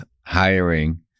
hiring